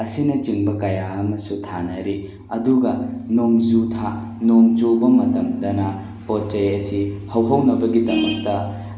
ꯑꯁꯤꯅꯆꯤꯡꯕ ꯀꯌꯥ ꯑꯃꯁꯨ ꯊꯥꯅꯔꯤ ꯑꯗꯨꯒ ꯅꯣꯡꯖꯨ ꯊꯥ ꯅꯣꯡ ꯆꯨꯕ ꯃꯇꯝꯗꯅ ꯄꯣꯠ ꯆꯩ ꯑꯁꯤ ꯍꯧꯍꯧꯅꯕꯒꯤ ꯗꯃꯛꯇ